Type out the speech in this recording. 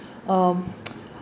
um